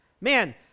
Man